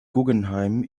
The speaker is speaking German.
guggenheim